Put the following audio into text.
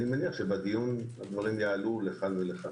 אני מניח שבדיון הדברים יעלו לכאן ולכאן.